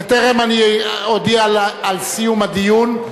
בטרם אודיע על סיום הדיון,